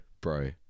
Bro